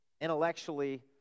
intellectually